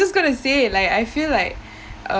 just gonna say like I feel like